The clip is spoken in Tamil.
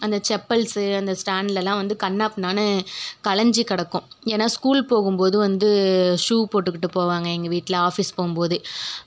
அந்த செப்பல்ஸு அந்த ஸ்டாண்ட்லெலாம் வந்து கன்னாபின்னானு கலைஞ்சி கிடக்கும் ஏன்னால் ஸ்கூல் போகும்போது வந்து ஷூ போட்டுக்கிட்டு போவாங்க எங்கள் வீட்டில் ஆஃபீஸ் போகும்போது